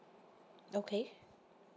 okay